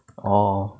orh